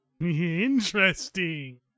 Interesting